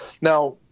Now